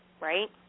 right